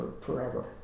forever